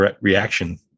reaction